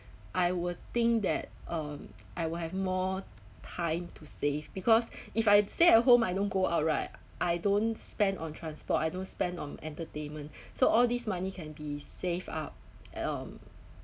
I will think that um I will have more time to save because if I stay at home I don't go out right I don't spend on transport I don't spend on entertainment so all these money can be saved up um